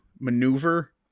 maneuver